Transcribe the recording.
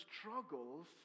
struggles